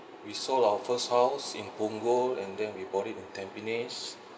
we sold our first house in punggol and then we bought it in tampines